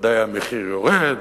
בוודאי המחיר יורד,